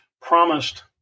promised